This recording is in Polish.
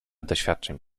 doświadczeń